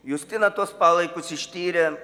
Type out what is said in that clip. justina tuos palaikus ištyrė